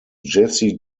jessie